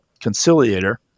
conciliator